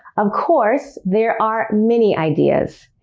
um course, there are many ideas!